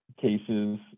cases